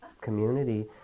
community